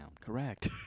Correct